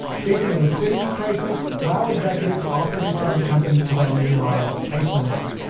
facing a liquidity crisis, wow executives offered to sell the company to their main rival, iceland air.